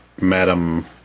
Madam